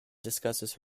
discusses